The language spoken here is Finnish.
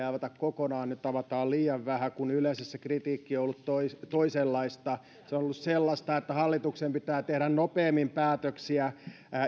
avata kokonaan että nyt avataan liian vähän kun yleensä se kritiikki on ollut toisenlaista se on ollut sellaista että hallituksen pitää tehdä nopeammin päätöksiä